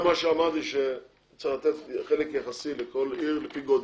זה מה שאמרתי שצריך לתת חלק יחסי לכל עיר לפי גודל,